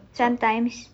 sometimes